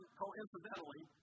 coincidentally